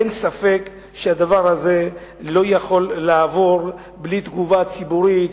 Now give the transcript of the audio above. אין ספק שהדבר הזה לא יכול לעבור בלי תגובה ציבורית,